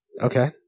Okay